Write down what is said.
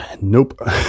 Nope